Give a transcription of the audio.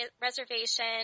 reservation